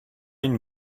une